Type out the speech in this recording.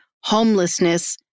homelessness